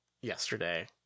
yesterday